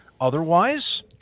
otherwise